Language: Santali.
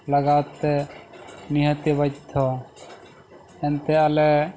ᱞᱟᱜᱟᱣ ᱛᱮ ᱱᱤᱦᱟᱹᱛᱤ ᱵᱚᱫᱽᱫᱷᱚ ᱮᱱᱛᱮ ᱟᱞᱮ